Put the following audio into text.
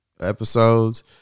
episodes